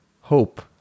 hope